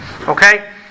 Okay